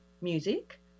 music